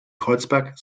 kreuzberg